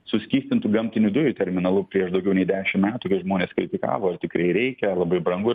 suskystintų gamtinių dujų terminalu prieš daugiau nei dešim metų kai žmonės kritikavo ar tikrai reikia labai brangu